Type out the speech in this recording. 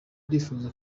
bifuza